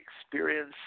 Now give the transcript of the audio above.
Experience